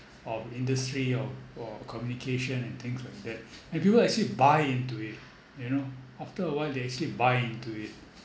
of industry or or communication and things like that the viewers actually buy into it you know after a while they actually buy into it